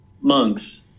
Monks